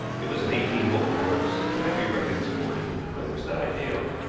it was an eighteen-hole course, and might be reckoned sporting, but it was not ideal.